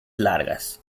largas